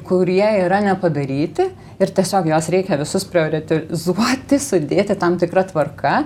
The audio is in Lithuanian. kurie yra nepadaryti ir tiesiog juos reikia visus prioritizuoti sudėti tam tikra tvarka